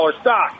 stock